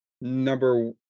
number